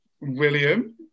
William